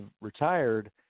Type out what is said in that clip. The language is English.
retired